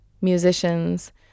musicians